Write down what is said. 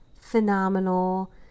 phenomenal